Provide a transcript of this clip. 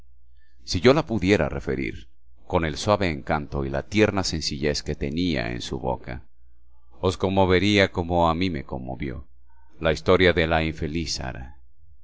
si yo la pudiera referir con el suave encanto y la tierna sencillez que tenía en su boca os conmovería como a mí me conmovió la historia de la infeliz sara